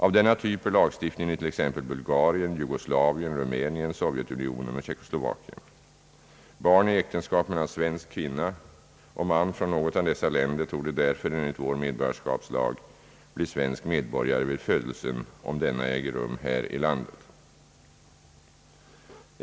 Av denna typ är lagstiftningen i t.ex. Bulgarien, Jugoslavien, Rumänien, Sovjetunionen och Tjeckoslovakien. Barn i äktenskap mellan svensk kvinna och man från något av dessa länder torde därför, enligt vår medborgarskapslag, bli svensk medborgare vid födelsen om denna äger rum här i landet.